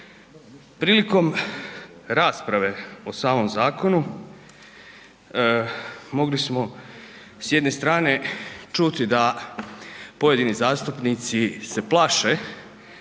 Prilikom rasprave o samom zakonu, mogli smo s jedne strane čuti da pojedini zastupnici se plaše